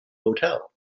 hotel